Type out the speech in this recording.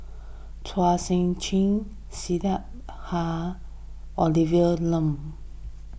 Chua Sian Chin Syed Olivia Lum